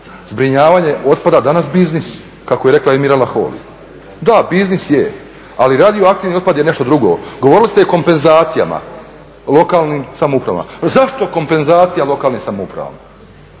zbrinjavanje otpada danas biznis, kako je rekla i Mirela Holy, da biznis je, ali radioaktivni otpad je nešto drugo. Govorili ste i o kompenzacijama lokalnim samoupravama, zašto kompenzacija lokalnih samouprava?